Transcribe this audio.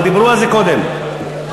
חבר הכנסת, זה לא קשור, כבר דיברו על זה קודם.